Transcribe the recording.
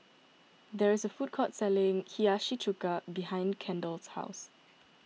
there is a food court selling Hiyashi Chuka behind Kendall's house